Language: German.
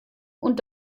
und